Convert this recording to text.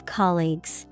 colleagues